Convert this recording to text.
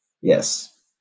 Yes